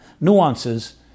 nuances